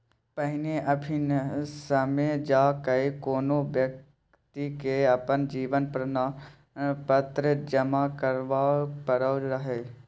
पहिने आफिसमे जा कए कोनो बेकती के अपन जीवन प्रमाण पत्र जमा कराबै परै रहय